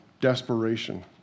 desperation